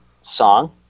song